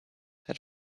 had